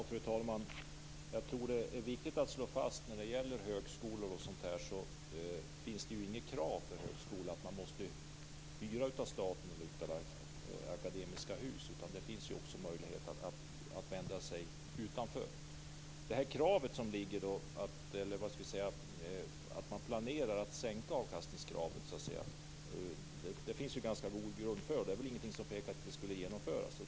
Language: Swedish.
Fru talman! Det är viktigt att slå fast att det inte finns något krav att högskolorna måste hyra av staten eller av Akademiska Hus. Det finns också möjlighet att vända sig till någon annan. De planer som finns på att sänka avkastningskravet på Akademiska Hus finns det god grund för, och ingenting pekar på att de inte kommer att genomföras.